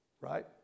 Right